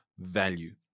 value